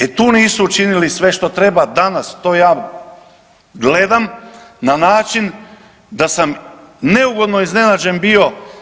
E tu nisu učinili sve što treba, danas to ja gledam na način da sam neugodno iznenađen bio.